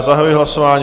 Zahajuji hlasování.